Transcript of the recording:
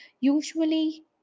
usually